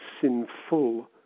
sinful